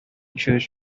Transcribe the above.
choose